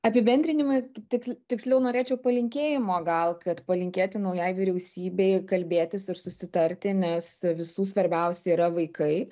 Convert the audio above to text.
apibendrinimui tik tiksliau norėčiau palinkėjimo gal kad palinkėti naujai vyriausybei kalbėtis ir susitarti nes visų svarbiausia yra vaikai